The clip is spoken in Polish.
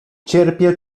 cierpię